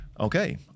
Okay